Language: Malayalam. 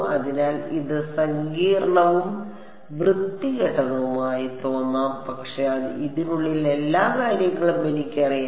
അതിനാൽ ഇത് സങ്കീർണ്ണവും വൃത്തികെട്ടതുമായി തോന്നാം പക്ഷേ ഇതിനുള്ളിലെ എല്ലാ കാര്യങ്ങളും എനിക്ക് അറിയാം